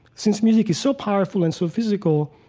since music is so powerful and so physical,